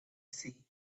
see